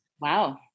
Wow